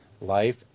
life